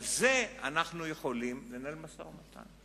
על זה אנחנו יכולים לנהל משא-ומתן.